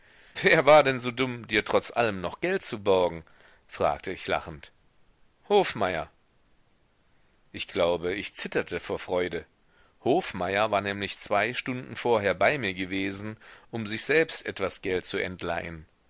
wer war denn so dumm dir trotz allem noch geld zu borgen fragte ich lachend hofmeier ich glaube ich zitterte vor freude hofmeier war nämlich zwei stunden vorher bei mir gewesen um sich selbst etwas geld zu entleihen